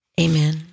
amen